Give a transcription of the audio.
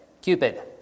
Cupid